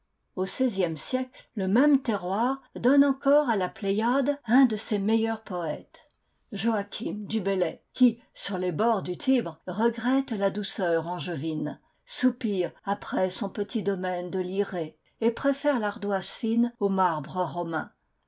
au seizième siècle le même terroir donne encore à la pléiade un de ses meilleurs poètes joachim du bellay qui sur les bords du tibre regrette la douceur angevine soupire après son petit domaine de lire et préfère l'ardoise fine au marbre romain